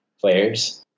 players